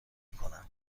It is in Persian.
کنم